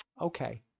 okay